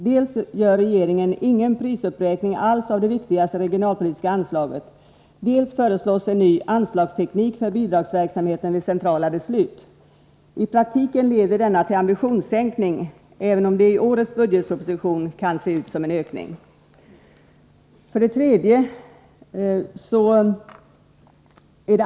Det sker genom att regeringen dels inte gör någon prisuppräkning alls av det viktigaste regionalpolitiska anslaget, dels föreslår en ny anslagsteknik för bidragsverksamheten vid centrala beslut. I praktiken leder detta till en ambitionssänkning, även om det i årets budgetproposition kan se ut som en höjning. 3.